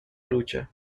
lucha